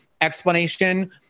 explanation